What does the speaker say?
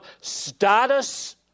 status